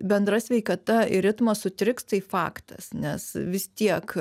bendra sveikata ir ritmas sutriks tai faktas nes vis tiek